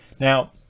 Now